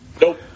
Nope